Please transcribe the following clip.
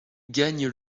gagne